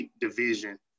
division